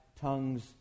tongues